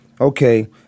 okay